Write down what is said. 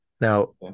Now